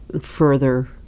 further